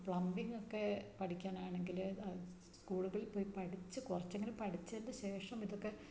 plumbing ഒക്കെ പഠിക്കാനാണെങ്കില് സ്കൂളുകളിൽ പോയി പഠിച്ച് കുറച്ചെങ്കിലും പഠിച്ചതിൻ്റെ ശേഷം ഇതൊക്കെ